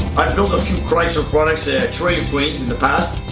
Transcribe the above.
built a few chrysler products, ah trailer queens in the past.